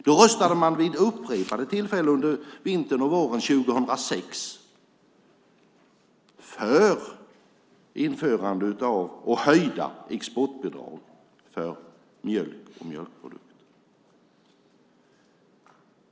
Då röstade man vid upprepade tillfällen under vintern och våren 2006 för införande av och höjda exportbidrag för mjölk och mjölkprodukter.